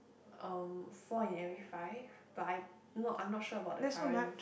um four in every five but I no I'm not sure about the current